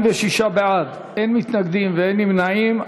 46 בעד, אין מתנגדים, אין נמנעים.